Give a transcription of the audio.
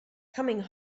coming